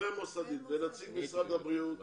יבוא נציג משרד הבריאות.